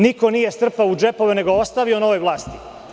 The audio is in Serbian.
Niko nije strpao u džepove, nego je ostavio novoj vlasti.